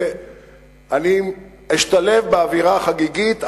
אני אשתלב באווירה החגיגית,